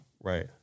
Right